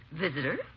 Visitor